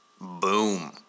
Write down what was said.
Boom